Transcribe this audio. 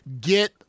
Get